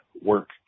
work